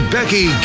Becky